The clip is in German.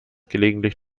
gelegentlich